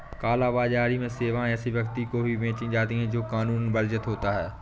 काला बाजारी में सेवाएं ऐसे व्यक्ति को भी बेची जाती है, जो कानूनन वर्जित होता हो